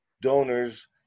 donors